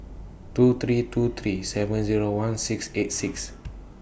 two three two three seven Zero one six eight six